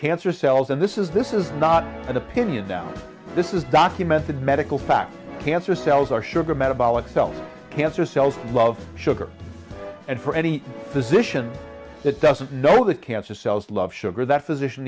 cancer cells and this is this is not an opinion that this is documented medical fact cancer cells are sugar metabolic cells cancer cells love sugar and for any physician that doesn't know the cancer cells love sugar that p